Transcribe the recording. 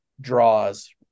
draws